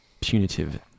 punitive